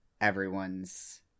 everyone's